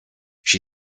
she